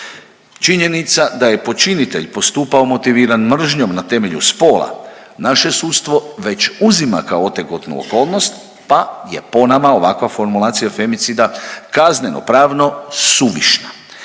Činjenica da je počinitelj postupao motiviran mržnjom na temelju spola, naše sudstvo već uzima kao otegotnu okolnost pa je po nama ovakva formulacija femicida kazneno pravno suvišna.